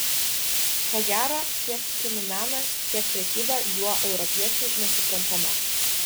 ko gero tiek kinų menas tiek prekyba juo europiečiui nesuprantama